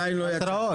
התראות.